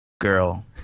Girl